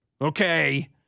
okay